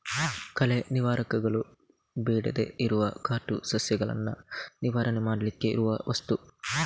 ಕಳೆ ನಿವಾರಕಗಳು ಬೇಡದೇ ಇರುವ ಕಾಟು ಸಸ್ಯಗಳನ್ನ ನಿವಾರಣೆ ಮಾಡ್ಲಿಕ್ಕೆ ಇರುವ ವಸ್ತು